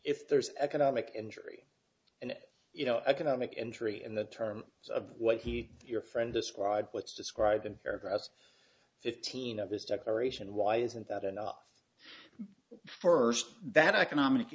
if there's an economic injury and you know economic injury and the term of what he your friend described what's described in paragraphs fifteen of his declaration why isn't that enough first that